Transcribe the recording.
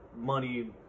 money